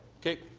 okay.